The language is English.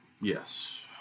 Yes